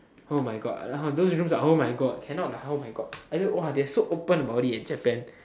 oh my god those rooms are oh my god cannot lah oh my god !wah! they are so open about it eh in Japan